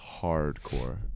hardcore